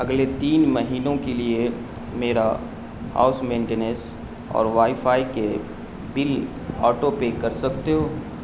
اگلے تین مہینوں کے لیے میرا ہاؤس مینٹینس اور وائی فائی کے بل آٹو پے کر سکتے ہو